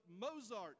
Mozart